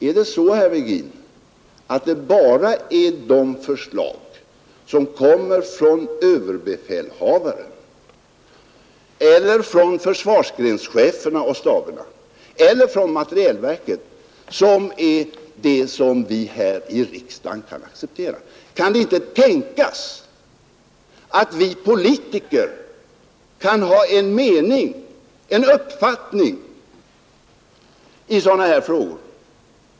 Är det, herr Virgin, bara de förslag som kommer från ÖB eller från försvarsgrenscheferna och staberna eller från materielverket som vi här i riksdagen kan acceptera? Kan det inte tänkas att vi politiker kan ha en uppfattning i sådana här frågor?